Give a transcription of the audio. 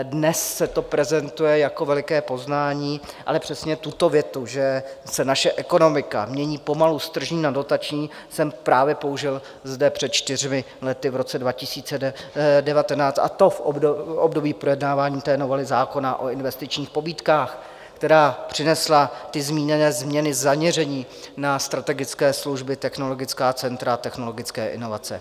Dnes se to prezentuje jako veliké poznání, ale přesně tuto větu, že se naše ekonomika mění pomalu z tržní na dotační, jsem právě použil zde před čtyřmi lety v roce 2019, a to v období projednávání novely zákona o investičních pobídkách, která přinesla zmíněné změny zaměřené na strategické služby, technologická centra, technologické inovace.